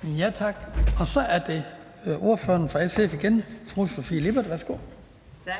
Kl. 18:22 Den fg. formand (Hans Kristian Skibby): Så er det ordføreren for SF igen. Fru Sofie Lippert, værsgo. Kl.